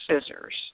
scissors